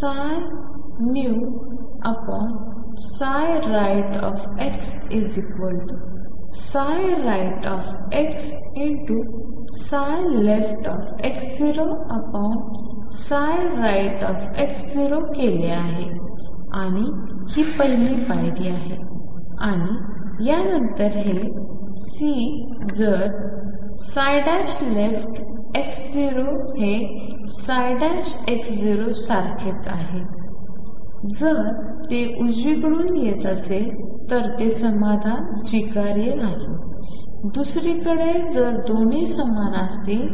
तर मी rightnewxrightxleftx0rightx0 केले आहे आणिहि पहिली पायरी आहे आणि यानंतर हे C जरleftx0 हे सारखेच आहे जर ते उजवीकडून येत असेल तर ते समाधान स्वीकार्य नाही दुसरीकडे जर दोन्ही समान असतील